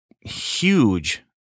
huge